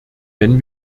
wenn